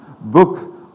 book